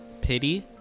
Pity